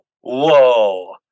Whoa